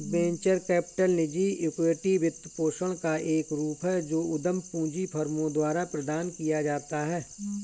venture capital निजी equity वित्तपोषण का एक रूप है जो उद्यम पूंजी फर्मों द्वारा प्रदान किया जाता है